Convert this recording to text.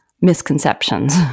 misconceptions